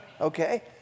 Okay